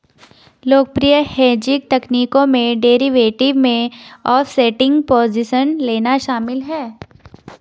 लोकप्रिय हेजिंग तकनीकों में डेरिवेटिव में ऑफसेटिंग पोजीशन लेना शामिल है